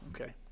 Okay